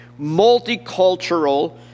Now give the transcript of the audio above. multicultural